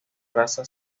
raza